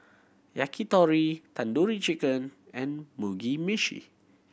Yakitori Tandoori Chicken and Mugi Meshi